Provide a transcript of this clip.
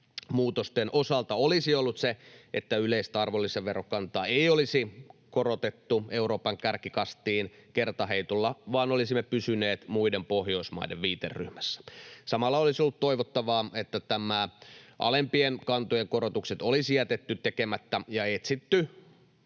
osalta olisi ollut se, että yleistä arvonlisäverokantaa ei olisi korotettu Euroopan kärkikastiin kertaheitolla, vaan olisimme pysyneet muiden Pohjoismaiden viiteryhmässä. Samalla olisi ollut toivottavaa, että nämä alempien kantojen korotukset olisi jätetty tekemättä ja olisi